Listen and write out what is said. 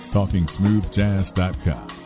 TalkingSmoothJazz.com